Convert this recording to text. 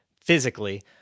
physically